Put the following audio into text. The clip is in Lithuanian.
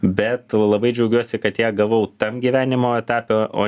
bet labai džiaugiuosi kad ją gavau tam gyvenimo etape o